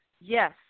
yes